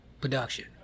production